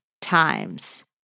times